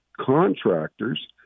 contractors